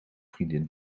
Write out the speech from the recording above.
vriendin